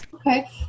Okay